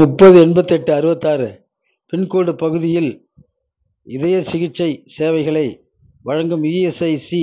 முப்பது எண்பத்தெட்டு அறுபத்தாறு பின்கோடு பகுதியில் இதயச் சிகிச்சை சேவைகளை வழங்கும் இஎஸ்ஐசி